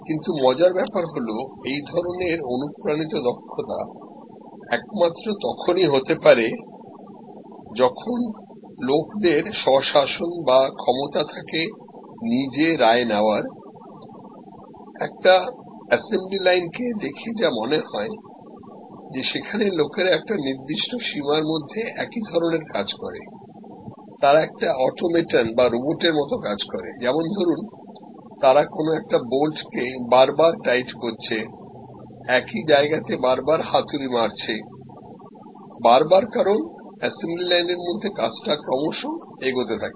কিন্তু মজার ব্যাপার হলো এই ধরনের অনুপ্রাণিত দক্ষতা একমাত্র তখনই হতে পারে যখন লোকদের স্বশাসন বা ক্ষমতা থাকে নিজে রায় নেওয়ার একটা অ্যাসেম্বলি লাইন কে দেখে যা মনে হয় যে সেখানে লোকেরা একটা নির্দিষ্ট সীমানার মধ্যে একই ধরনের কাজ করে তারা একটা অটোমেটনের বা রোবটের মত কাজ করে যেমন ধরুন তারা কোন একটা বোল্টকে বারবার টাইট করছে একই জায়গা তে বারবার হাতুড়ি মারছে বারবার কারণ অ্যাসেম্বলি লাইনের মধ্যে কাজটা ক্রমশ এগোতে থাকে